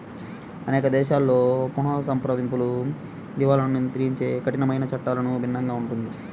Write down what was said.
అనేక దేశాలలో పునఃసంప్రదింపులు, దివాలాను నియంత్రించే కఠినమైన చట్టాలలో భిన్నంగా ఉంటుంది